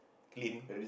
clean